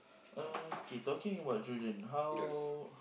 okay talking about children how